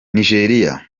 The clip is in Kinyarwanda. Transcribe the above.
nijeriya